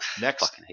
next